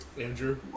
Andrew